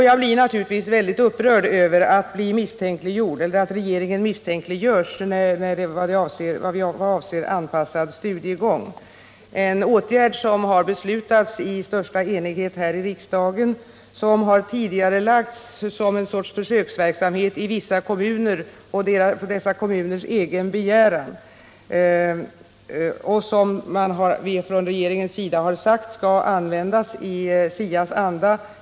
Jag blir naturligtvis väldigt upprörd över att regeringen misstänkliggörs vad avser anpassad studiegång. Det är en åtgärd som har beslutats i största enighet här i riksdagen, som har tidigarelagts som en sorts försöksverksamhet i vissa kommuner på dessa kommuners egen begäran och som vi från regeringen har sagt skall användas i SIA:s anda.